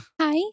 Hi